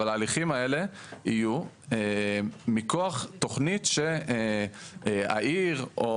אבל ההליכים האלה יהיו מכוח תוכנית שהעיר או